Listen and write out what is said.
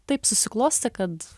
taip susiklostė kad